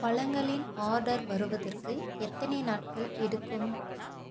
பழங்களின் order வருவதற்கு எத்தனை நாட்கள் எடுக்கும்